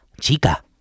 Chica